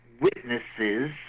witnesses